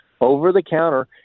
over-the-counter